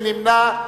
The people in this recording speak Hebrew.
מי נמנע?